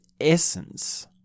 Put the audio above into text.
essence